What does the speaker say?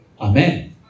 Amen